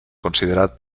considerat